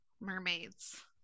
Mermaids